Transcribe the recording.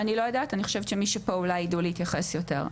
אני לא יודעת אני חושבת שמי שפה אולי ידעו להתייחס יותר.